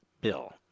bill